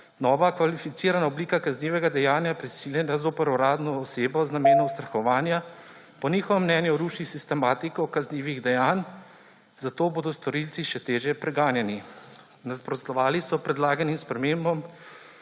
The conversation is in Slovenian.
nova kvalificirana oblika kaznivega dejanja prisiljenja zoper uradno osebo z namenom ustrahovanja po njihovem mnenju ruši sistematiko kaznivih dejanj, zato bodo storilci še težje preganjani. Nasprotovali so predlaganim spremembam